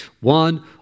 one